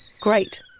Great